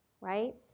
right